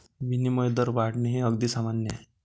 विनिमय दर वाढणे हे अगदी सामान्य आहे